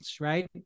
Right